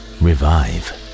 revive